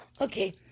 Okay